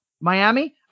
Miami